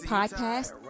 Podcast